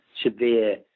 severe